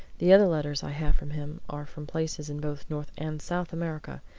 the other letters i have from him are from places in both north and south america.